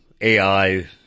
AI